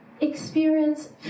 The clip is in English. experience